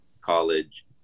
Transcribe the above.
college